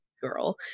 girl